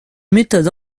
méthode